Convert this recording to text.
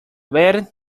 ver